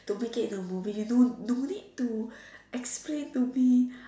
to make it into movie no no need to explain to me